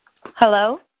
Hello